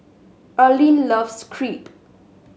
Erland loves Crepe